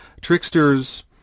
Tricksters